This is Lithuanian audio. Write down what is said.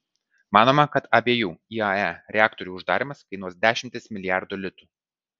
manoma kad abiejų iae reaktorių uždarymas kainuos dešimtis milijardų litų